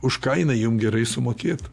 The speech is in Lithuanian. už ką jinai jum gerai sumokėtų